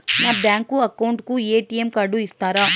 నా bank account కు ATM card ఇస్తారా